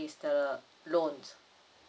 is the loan